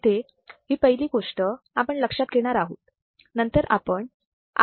येथे ही पहिली गोष्ट आपण लक्षात घेणार आहोत नंतर आपण i1